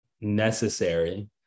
necessary